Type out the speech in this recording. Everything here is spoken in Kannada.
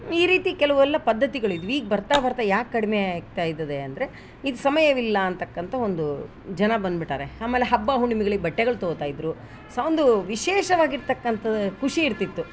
ಈ ರೀತಿ ಕೆಲವೆಲ್ಲ ಪದ್ದತಿಗಳು ಇದ್ವಿ ಈಗ ಬರ್ತಾ ಬರ್ತಾ ಯಾಕೆ ಕಡಿಮೆ ಆಗ್ತಾ ಇದೆ ಅಂದರೆ ಈಗ ಸಮಯವಿಲ್ಲ ಅಂತಕ್ಕಂಥ ಒಂದು ಜನ ಬಂದ್ಬಿಟ್ಟಾರೆ ಆಮೇಲೆ ಹಬ್ಬ ಹುಣ್ಣಿಮೆಗಳಿಗೆ ಬಟ್ಟೆಗಳು ತಗೋತ ಇದ್ರು ಸಹ ಒಂದು ವಿಶೇಷವಾಗಿರ್ತಕ್ಕಂಥ ಖುಷಿ ಇರುತಿತ್ತು